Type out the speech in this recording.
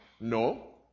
no